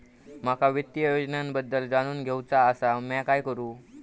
माका वित्तीय योजनांबद्दल जाणून घेवचा आसा, म्या काय करू?